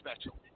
special